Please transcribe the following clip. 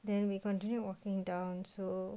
then we continue walking down so